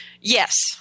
Yes